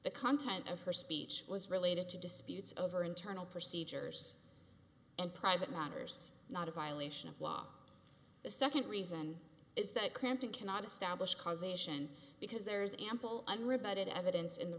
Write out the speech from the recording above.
the content of her speech was related to disputes over internal procedures and private matters not a violation of law the second reason is that clinton cannot establish causation because there is ample unrebutted evidence in the